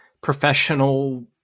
professional